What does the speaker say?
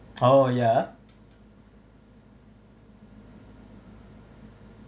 oh yeah